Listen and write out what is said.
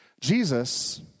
Jesus